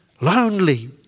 Lonely